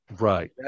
Right